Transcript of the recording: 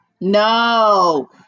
No